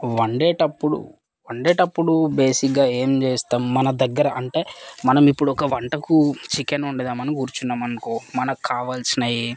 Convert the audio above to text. వండేటప్పుడు వండేటప్పుడు బేసిక్గా ఏం చేస్తాం మన దగ్గర అంటే మనం ఇప్పుడు ఒక వంటకు చికెన్ వండుదాం అని కూర్చున్నామనుకో మనకు కావాల్సినయి